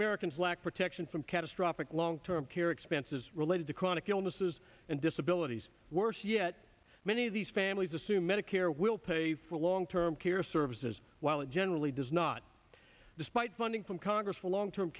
americans lack protection from catastrophic long term care expenses related to chronic illnesses and disability worse yet many of these families assume medicare will pay for long term care services while it generally does not despite funding from congress long term